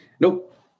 nope